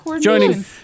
Joining